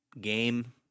game